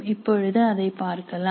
இப்பொழுது அதை பார்க்கலாம்